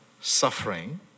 suffering